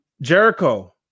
Jericho